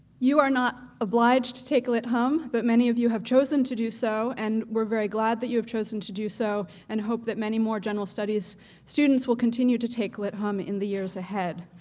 you are not obliged to take lit hum but many of you have chosen to do so and we're very glad that you've chosen to do so and hope that many more general studies students will continue to take lit hum in the years ahead.